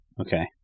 Okay